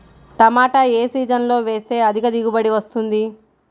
టమాటా ఏ సీజన్లో వేస్తే అధిక దిగుబడి వస్తుంది?